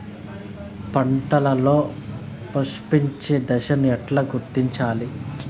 పంటలలో పుష్పించే దశను ఎట్లా గుర్తించాలి?